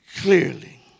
clearly